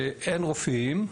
שאין רופאים,